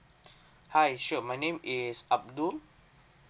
hi sure my name is abdul